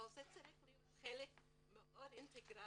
אבל זה צריך להיות חלק מאוד אינטגרלי